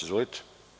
Izvolite.